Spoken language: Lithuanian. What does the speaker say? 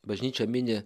bažnyčia mini